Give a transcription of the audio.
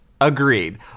Agreed